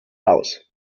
aus